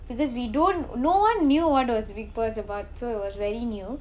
because we don't no one knew what bigg boss was about so it was very new